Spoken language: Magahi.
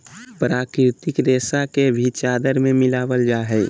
प्राकृतिक रेशा के भी चादर में मिलाबल जा हइ